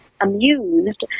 amused